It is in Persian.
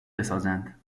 بسازند